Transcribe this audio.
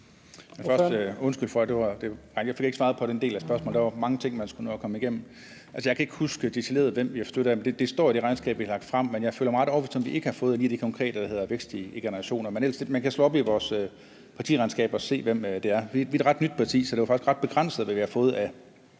jeg undskylde for, at nej, jeg fik ikke svaret på den del af spørgsmålet. Der var mange ting, jeg skulle nå at komme igennem. Altså, jeg kan ikke huske, decideret hvem vi har fået støtte af, men det står i det regnskab, vi har lagt frem. Jeg føler mig ret overbevist om, at vi ikke har fået noget af lige det konkrete, der hedder Vækst i Generationer, men man kan slå op i vores partiregnskab og se, hvem det er. Vi er et ret nyt parti, så det er faktisk ret begrænset, hvad vi har fået af